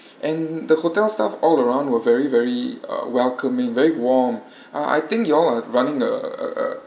and the hotel staff all around were very very uh welcoming very warm uh I think you all are running the uh uh